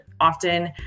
often